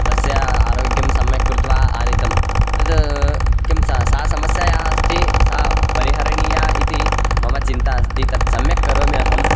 तस्य आरोग्यं सम्यक् कृत्वा आनीतं तत् किं सा समस्या या अस्ति सा परिहरणीया इति मम चिन्ता अस्ति तत् सम्यक् करोमि अहं